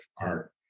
art